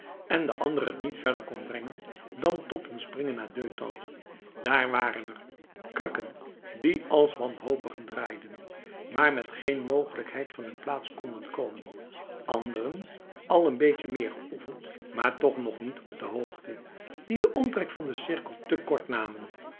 en de andere het niet verder kon brengen dan tot een springen a deux temps daar waren er krukken die als wanhopigen draaiden maar met geen mogelijkheid van hun plaats konden komen anderen al een beetje meer geoefend maar toch nog niet op de hoogte die de omtrek van de cirkel te kort namen